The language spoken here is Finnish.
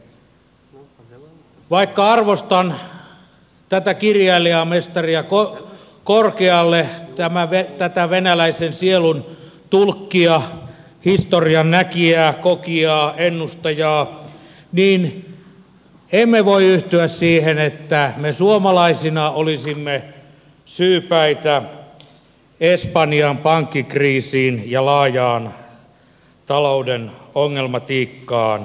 vaikka arvostan tätä kirjailijamestaria korkealle tätä venäläisen sielun tulkkia historian näkijää kokijaa ennustajaa en voi yhtyä siihen että me suomalaisina olisimme syypäitä espanjan pankkikriisiin ja laajaan talouden ongelmatiikkaan